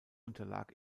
unterlag